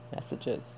messages